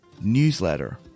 newsletter